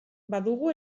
badugu